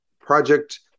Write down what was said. project